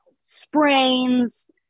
sprains